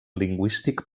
lingüístic